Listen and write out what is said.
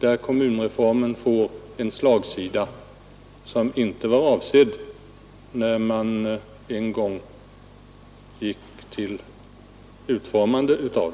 på att kommunreformen får en slagsida som inte var avsedd när man en gång gick att utforma den.